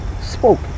Spoke